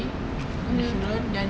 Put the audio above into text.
mmhmm